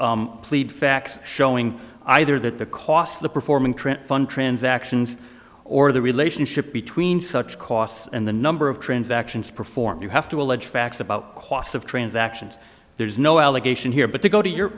to plead facts showing either that the cost of the performing trip fund transactions or the relationship between such costs and the number of transactions performed you have to allege facts about costs of transactions there's no allegation here but to go to your